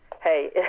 hey